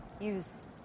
use